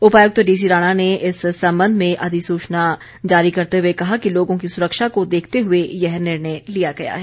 उपायुक्त डीसी राणा ने इस संबंध में अधिसूचना जारी करते हुए कहा कि लोगों की सुरक्षा को देखते हुए ये निर्णय े लिया गया है